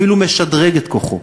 אפילו משדרג את כוחו,